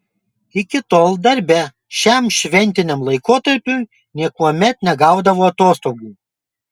iki tol darbe šiam šventiniam laikotarpiui niekuomet negaudavo atostogų